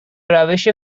روش